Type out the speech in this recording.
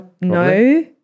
No